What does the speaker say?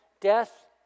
death